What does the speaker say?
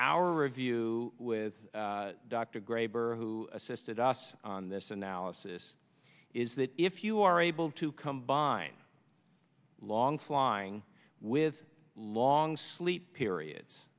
our review with dr graber who assisted us on this analysis is that if you are able to combine long flying with long sleep periods